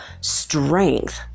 strength